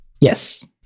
Yes